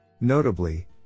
Notably